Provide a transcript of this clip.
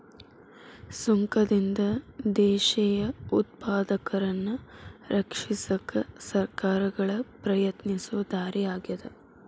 ಸುಂಕದಿಂದ ದೇಶೇಯ ಉತ್ಪಾದಕರನ್ನ ರಕ್ಷಿಸಕ ಸರ್ಕಾರಗಳ ಪ್ರಯತ್ನಿಸೊ ದಾರಿ ಆಗ್ಯಾದ